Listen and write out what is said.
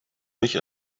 mich